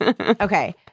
Okay